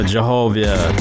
Jehovah